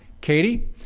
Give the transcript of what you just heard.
Katie